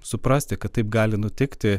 suprasti kad taip gali nutikti